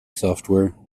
software